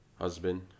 husband